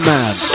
Man